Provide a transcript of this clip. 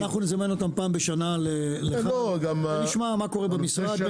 אנחנו נזמן אותם פעם בשנה ונשמע מה קורה במשרד,